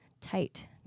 tight